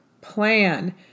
plan